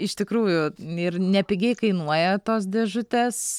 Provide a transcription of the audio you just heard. iš tikrųjų ir nepigiai kainuoja tos dėžutės